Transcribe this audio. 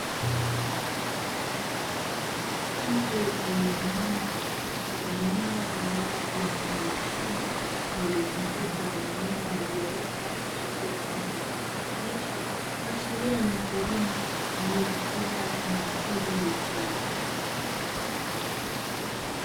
Mtu aliyeinama katika eneo la wazi mfano wa shamba lililozungukwa na mimea iliyoota n akuchipua kwa rangi ya kijani kibichi, kuashiria ni mkulia alie katika eneo hilo la shamba.